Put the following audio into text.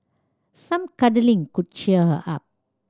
some cuddling could cheer her up